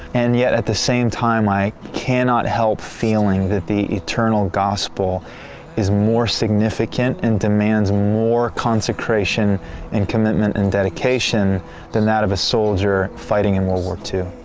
and yet at the same time, i cannot help feeling that the eternal gospel is more significant and demands more consecration and commitment and dedication than that of a soldier fighting in world war ii.